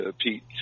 Pete